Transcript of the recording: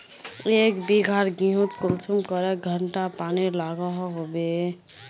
एक बिगहा गेँहूत कुंसम करे घंटा पानी लागोहो होबे?